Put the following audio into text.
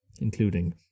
including